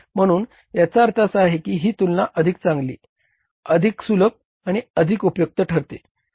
म्हणून याचा अर्थ असा की ही तुलना अधिक चांगली अधिक सुलभ आणि अधिक उपयुक्त ठरते